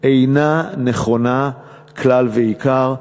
אינה נכונה כלל ועיקר,